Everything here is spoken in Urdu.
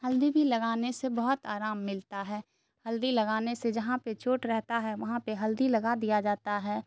ہلدی بھی لگانے سے بہت آرام ملتا ہے ہلدی لگانے سے جہاں پہ چوٹ رہتا ہے وہاں پہ ہلدی لگا دیا جاتا ہے